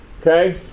Okay